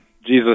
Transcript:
Jesus